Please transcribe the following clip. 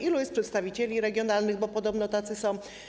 Ilu jest przedstawicieli regionalnych, bo podobno tacy są?